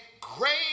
great